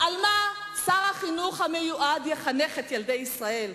על מה שר החינוך המיועד יחנך את ילדי ישראל.